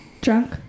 drunk